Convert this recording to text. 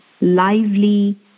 lively